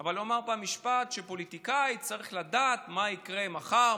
אבל הוא אמר פעם שפוליטיקאי צריך לדעת מה יקרה מחר,